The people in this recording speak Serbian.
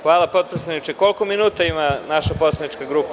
Hvala potpredsedniče, koliko još minuta ima naša poslanička grupa?